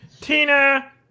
Tina